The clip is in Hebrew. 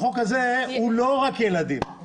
החוק הזה הוא לא רק ילדים,